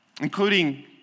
including